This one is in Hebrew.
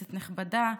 כנסת נכבדה,